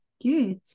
Good